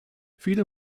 viele